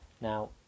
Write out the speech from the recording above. Now